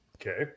Okay